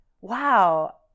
wow